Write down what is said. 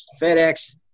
FedEx